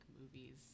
movies